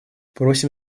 просим